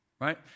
Right